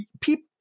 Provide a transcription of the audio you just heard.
people